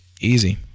Easy